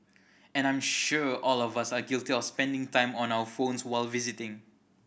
and I'm sure all of us are guilty of spending time on our phones while visiting